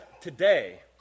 today